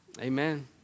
Amen